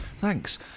Thanks